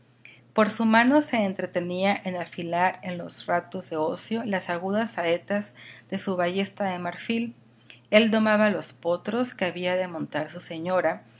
por su mano se entretenía en afilar en los ratos de ocio las agudas saetas de su ballesta de marfil él domaba los potros que había de montar su señora